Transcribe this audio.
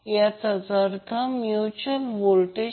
तर सरलीकरणानंतर फक्त Q 2 π f LR मिळेल जे L ω R असेल